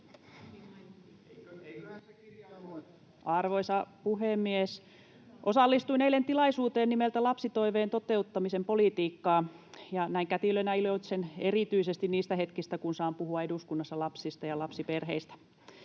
Arvoisa puhemies! Osallistuin eilen tilaisuuteen nimeltä ”Lapsitoiveen toteuttamisen politiikkaa”, ja näin kätilönä iloitsen erityisesti niistä hetkistä, kun saan puhua eduskunnassa lapsista ja lapsiperheistä.